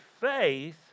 faith